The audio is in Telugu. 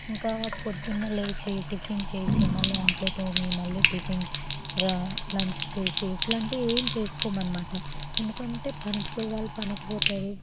ఇంకా పొద్దున్నే లేచి టిఫిన్ చేసి మల్లా అంట్లు తోమి మళ్ళీ టిఫిన్ లంచ్ చేసి ఇట్లాంటివి ఏం చేసుకోమన్నమాట ఎందుకు అంటే పనికి పోయే వాళ్ళు పనికి పోతారు